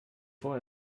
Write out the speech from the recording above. vor